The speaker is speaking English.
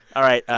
all right,